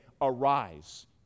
arise